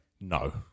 No